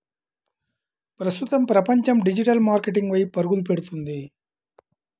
ప్రస్తుతం ప్రపంచం digital marketing వైపు పరుగులు పెడుతుంది